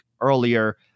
earlier